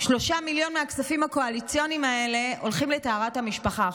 3 מיליון מהכספים הקואליציוניים האלה הולכים לטהרת המשפחה.